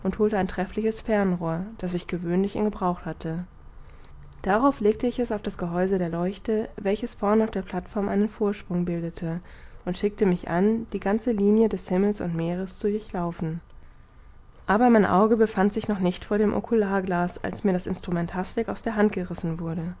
holte ein treffliches fernrohr das ich gewöhnlich im gebrauch hatte darauf legte ich es auf das gehäuse der leuchte welches vorn auf der plateform einen vorsprung bildete und schickte mich an die ganze linie des himmels und meeres zu durchlaufen aber mein auge befand sich noch nicht vor dem ocularglas als mir das instrument hastig aus der hand gerissen wurde